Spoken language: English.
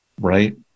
Right